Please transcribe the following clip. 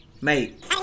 Mate